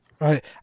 Right